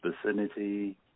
vicinity –